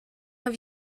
have